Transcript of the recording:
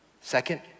Second